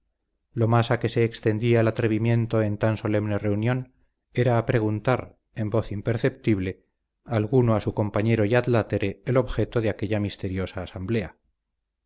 lo más a que se extendía el atrevimiento en tan solemne reunión era a preguntar en voz imperceptible alguno a su compañero y adlátere el objeto de aquella misteriosa asamblea